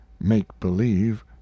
make-believe